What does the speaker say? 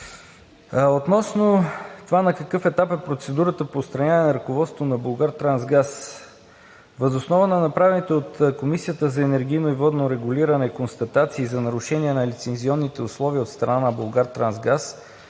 Относно това на какъв етап е процедурата по отстраняване на ръководството на „Булгартрансгаз“ въз основа на направените от Комисията за енергийно и водно регулиране констатации за нарушение на лицензионните условия от страна на